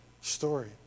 story